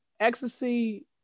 ecstasy